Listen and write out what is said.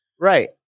Right